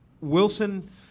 Wilson